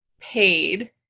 paid